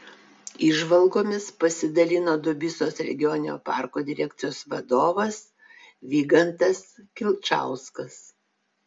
įžvalgomis pasidalino dubysos regioninio parko direkcijos vadovas vygantas kilčauskas